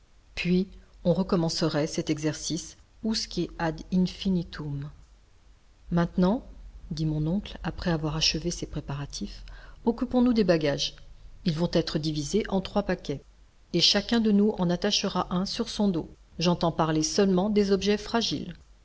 puis on recommencerait cet exercice usque ad infinitum maintenant dit mon oncle après avoir achevé ces préparatifs occupons-nous des bagages ils vont être divisés en trois paquets et chacun de nous en attachera un sur son dos j'entends parler seulement des objets fragiles